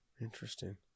Interesting